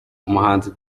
umuhanzi